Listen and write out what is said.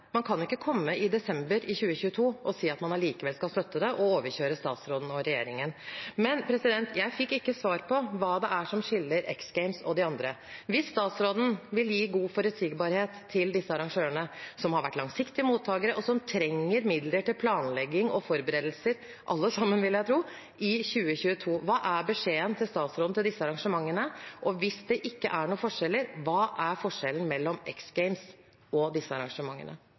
Man kan ikke komme i desember i 2022 og si at man allikevel skal støtte det, og overkjøre statsråden og regjeringen. Men jeg fikk ikke svar på hva det er som skiller X Games fra de andre. Hvis statsråden vil gi god forutsigbarhet til disse arrangørene – som har vært langsiktige mottakere, og som trenger midler til planlegging og forberedelser, alle sammen, vil jeg tro, i 2022 – hva er beskjeden fra statsråden til disse arrangementene? Og hvis det ikke er noen forskjeller, hva er forskjellen mellom X Games og disse arrangementene?